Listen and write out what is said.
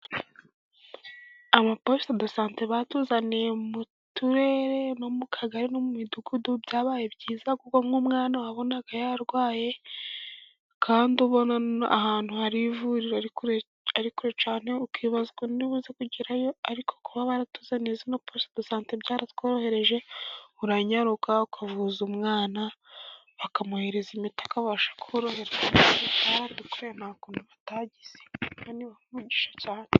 Amaposite de sante batuzaniye mu turere, mu kagari no mu midugudu byabaye byiza kuko nk' umwana, wabona yarwaye kandi, ubona ahantu hari ivuriro, ari kure cyane ukibaza ukuntu uribuze kugerayo, ariko kuba baratuzaniye ino positedesante byaratworohereje, uranyaruka ukavuza umwana, bakamuhereza imiti akabasha koroherwa baradukoreye ntakuntu batagize Imana ibahe umugisha cyane.